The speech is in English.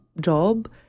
job